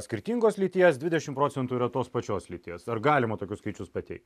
skirtingos lyties didešimt proc yra tos pačios lyties ar galima tokius skaičius pateikti